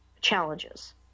challenges